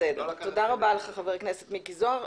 תודה רבה, חבר הכנסת מיקי זוהר.